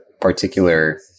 particular